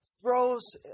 throws